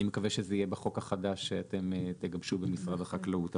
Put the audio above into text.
אני מקווה שזה יהיה בחוק החדש שאתם תגבשו במשרד החקלאות.